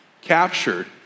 captured